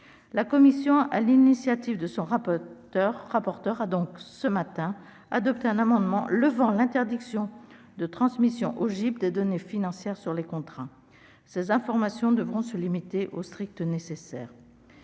1. Sur son initiative, la commission a adopté ce matin un amendement levant l'interdiction de transmission au GIP de données financières sur les contrats. Ces informations devront se limiter au strict nécessaire.